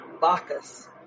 Bacchus